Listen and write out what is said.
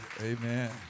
Amen